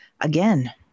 again